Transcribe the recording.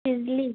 शिजली